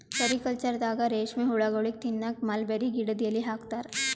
ಸೆರಿಕಲ್ಚರ್ದಾಗ ರೇಶ್ಮಿ ಹುಳಗೋಳಿಗ್ ತಿನ್ನಕ್ಕ್ ಮಲ್ಬೆರಿ ಗಿಡದ್ ಎಲಿ ಹಾಕ್ತಾರ